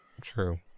True